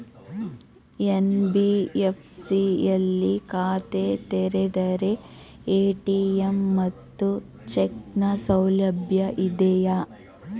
NBFC ಯಲ್ಲಿ ಖಾತೆ ತೆರೆದರೆ ಎ.ಟಿ.ಎಂ ಮತ್ತು ಚೆಕ್ ನ ಸೌಲಭ್ಯ ಇದೆಯಾ?